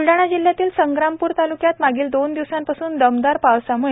ब्लडाणा जिल्हयातील संग्रामपूर तालुक्यात मागील दोन दिवसां पासून दमदार पावसाम्ळे